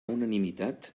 unanimitat